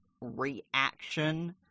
reaction